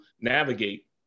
navigate